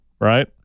right